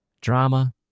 drama